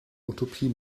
utopie